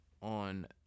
on